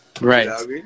Right